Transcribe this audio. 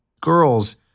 girls